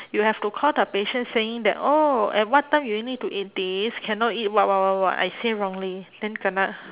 you have to call the patient saying that oh at what time you need to eat this cannot eat what what what what I say wrongly then kena